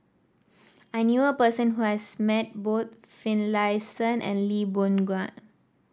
I knew a person who has met both Finlayson and Lee Boon Ngan